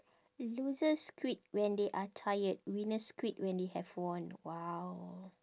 losers quit when they are tired winners quit when they have won !wow!